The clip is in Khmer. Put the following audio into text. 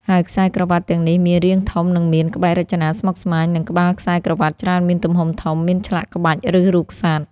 ហើយខ្សែក្រវាត់ទាំងនេះមាន រាងធំ និងមាន ក្បាច់រចនាស្មុគស្មាញ និងក្បាលខ្សែក្រវាត់ច្រើនមានទំហំធំ មានឆ្លាក់ក្បាច់ ឬរូបសត្វ។